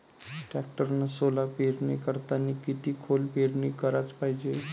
टॅक्टरनं सोला पेरनी करतांनी किती खोल पेरनी कराच पायजे?